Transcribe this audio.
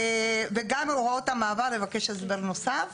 וגם הוראות המעבר, אבקש הסבר נוסף.